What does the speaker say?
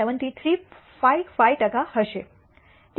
73 5 5 ટકા હશે